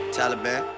Taliban